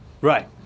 Right